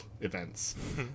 events